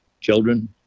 children